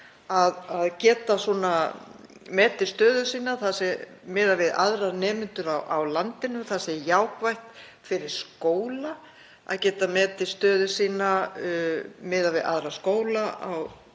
að geta metið stöðu sína miðað við aðra nemendur á landinu, það sé jákvætt fyrir skóla að geta metið stöðu sína miðað við aðra skóla á landinu